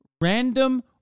random